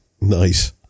nice